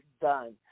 done